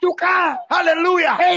hallelujah